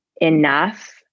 enough